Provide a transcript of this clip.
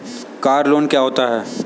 Car loan क्या होता है?